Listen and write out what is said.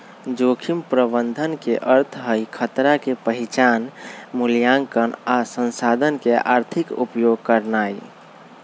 जोखिम प्रबंधन के अर्थ हई खतरा के पहिचान, मुलायंकन आ संसाधन के आर्थिक उपयोग करनाइ